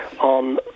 on